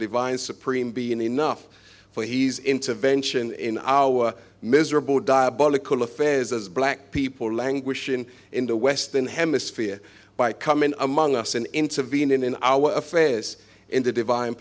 divine supreme being enough for he's intervention in our miserable diabolical affairs as black people are languishing in the western hemisphere by coming among us and intervening in our affairs in the divine